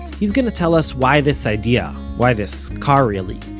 he's going to tell us why this idea, why this car really,